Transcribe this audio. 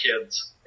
kids